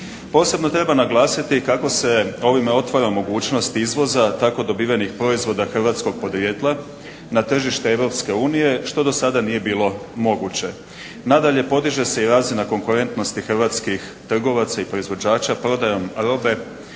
Posebno treba naglasiti kako se ovime otvara mogućnost izvoza tako dobivenih proizvoda hrvatskih podrijetla na tržište EU što do sada nije bilo moguće. Nadalje, podiže se razina konkurentnosti hrvatskih trgovaca i proizvođača prodajom robe